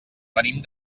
venim